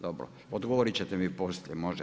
Dobro. odgovorit ćete mi poslije, može?